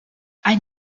ein